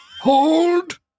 Hold